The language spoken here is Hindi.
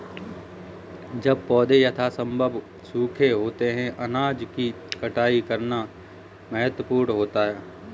जब पौधे यथासंभव सूखे होते हैं अनाज की कटाई करना महत्वपूर्ण होता है